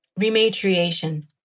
rematriation